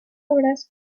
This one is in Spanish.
obras